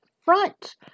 front